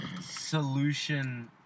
solution